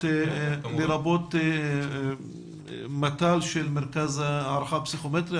לרבות מת"ל של מרכז הערכה הפסיכומטרי,